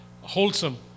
wholesome